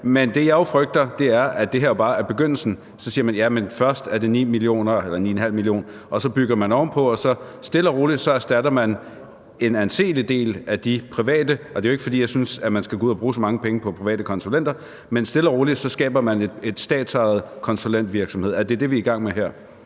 men det, jeg jo frygter, er, at det her bare er begyndelsen. Så siger man: Jamen først er det 9,5 mio. kr., og så bygger man ovenpå, og stille og roligt erstatter man en anselig del af de private, og det er jo ikke, fordi jeg synes, at man skal gå ud og bruge så mange penge på private konsulenter, men stille og roligt skaber man en statsejet konsulentvirksomhed. Er det det, vi er i gang med her?